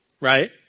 Right